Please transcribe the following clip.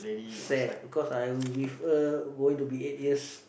sad cause I with her going to be eight years